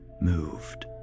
moved